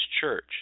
Church